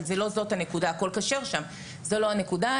אבל זה לא זאת הנקודה כי כל קשר שם זו לא הנקודה.